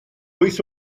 wyth